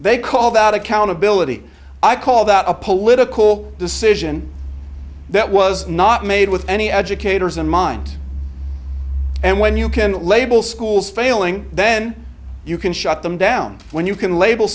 they call that accountability i call that a political decision that was not made with any educators in mind and when you can label schools failing then you can shut them down when you can label